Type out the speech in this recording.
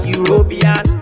European